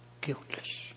guiltless